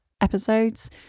episodes